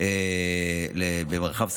במרחב סכנה,